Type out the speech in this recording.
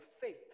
faith